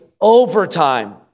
overtime